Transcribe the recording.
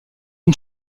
une